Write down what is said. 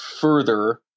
further